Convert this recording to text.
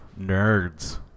nerds